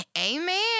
Amen